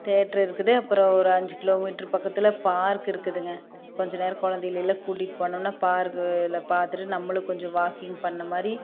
theatre இருக்குது அப்புறம் ஒரு அஞ்சு கிலோ மீட்டரு பக்கத்தில் பார்க் இருக்குதுங்க கொஞ்சம் நேரம் குழந்தைளெல்லாம் கூட்டிட்டு போனோம்னா பார்க்கில் பார்த்துட்டு நம்மளும் கொஞ்சம் வாக்கிங் பண்ணுண மாதிரி